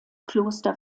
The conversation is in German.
kloster